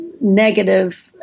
negative